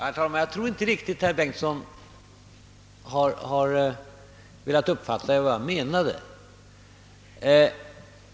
Herr talman! Jag tror att herr Bengtson i Solna inte riktigt har uppfattat vad jag menade.